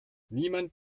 niemand